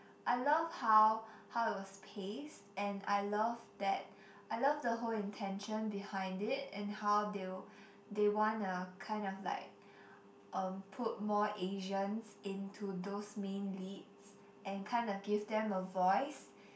I love how how it was paced and I love that I love the whole intention behind it and how they'll they wanna kind of like um put more Asians into those main leads and kind of give them a voice